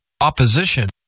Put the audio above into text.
opposition